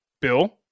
Bill